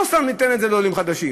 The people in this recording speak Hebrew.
לא סתם ניתן את זה לעולים חדשים,